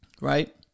right